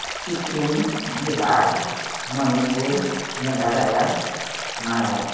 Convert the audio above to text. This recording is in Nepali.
सिक्किम बिहार मणिपुर मेघालय महाराष्ट्र